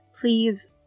please